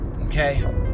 Okay